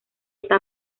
está